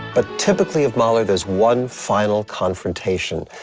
but typically of mahler, there's one final confrontation.